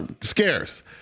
scarce